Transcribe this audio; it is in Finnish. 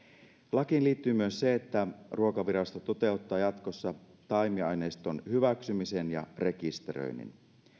lakiin liittyy myös se että ruokavirasto toteuttaa jatkossa taimiaineiston hyväksymisen ja rekisteröinnin